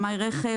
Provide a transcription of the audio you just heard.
שמאי רכב,